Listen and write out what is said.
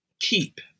keep